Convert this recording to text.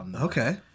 Okay